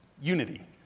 unity